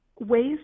ways